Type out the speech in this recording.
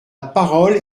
parole